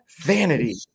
vanity